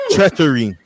Treachery